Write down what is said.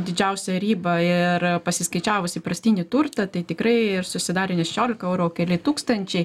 didžiausią ribą ir pasiskaičiavus įprastinį turtą tai tikrai susidarė ne šešiolika eurų o keli tūkstančiai